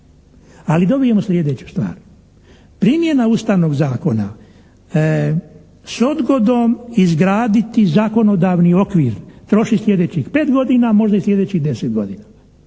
ali dobijemo sljedeću stvar. Primjena Ustavnog zakona s odgodom izgraditi zakonodavni okvir troši sljedećih 5 godina, možda i sljedećih 10 godina